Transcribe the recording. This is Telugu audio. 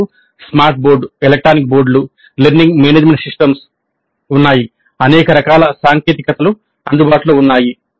మాకు స్మార్ట్ బోర్డ్ ఎలక్ట్రానిక్ బోర్డులు లెర్నింగ్ మేనేజ్మెంట్ సిస్టమ్స్ ఉన్నాయి అనేక రకాల సాంకేతికతలు అందుబాటులో ఉన్నాయి